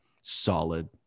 solid